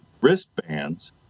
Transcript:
wristbands